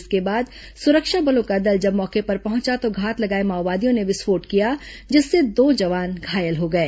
इसके बाद सुरक्षा बलों का दल जब मौके पर पहुंचा तो घात लगाए माओवादियों ने विस्फोट किया जिससे दो जवान घायल हो गए